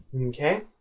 Okay